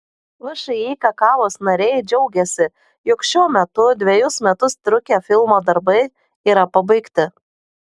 všį kakavos nariai džiaugiasi jog šiuo metu dvejus metus trukę filmo darbai yra pabaigti